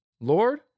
Lord